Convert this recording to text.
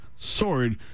sword